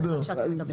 כשנגיע לסעיף.